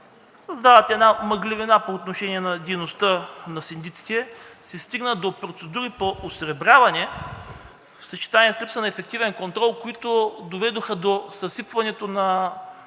създават една мъглявина по отношение на дейността на синдиците, се стигна до процедури по осребряване в съчетание с липсата на ефективен контрол, които доведоха до съсипването –